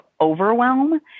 overwhelm